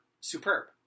superb